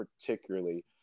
particularly